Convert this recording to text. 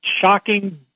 shocking